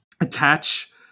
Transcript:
attach